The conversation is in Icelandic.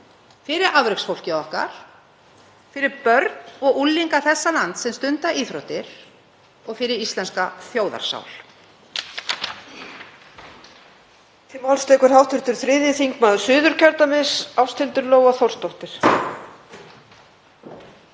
fyrir afreksfólkið okkar, fyrir börn og unglinga þessa lands sem stunda íþróttir, og fyrir íslenska þjóðarsál.